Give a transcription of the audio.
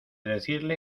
decirle